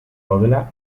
daudela